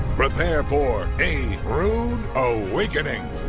prepare for a rood awakening.